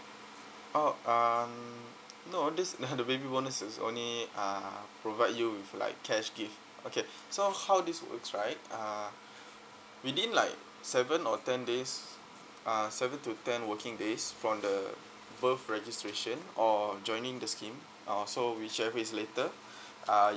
oh um no this the baby bonus is only uh provide you with like cash gift okay so how this works right uh within like seven or ten days uh seven to ten working days from the birth registration or joining the scheme uh so whichever is later uh